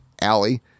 alley